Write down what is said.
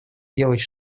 делать